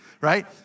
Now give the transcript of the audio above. right